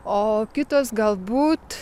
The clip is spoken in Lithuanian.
o kitos galbūt